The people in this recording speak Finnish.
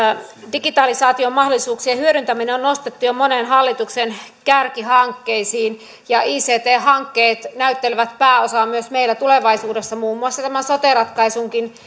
digitalisaation mahdollisuuksien hyödyntäminen on nostettu jo monen hallituksen kärkihankkeisiin ja ict hankkeet näyttelevät pääosaa myös meillä tulevaisuudessa muun muassa tämän sote ratkaisunkin